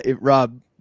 Rob